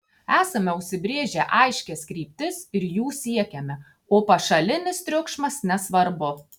esame užsibrėžę aiškias kryptis ir jų siekiame o pašalinis triukšmas nesvarbu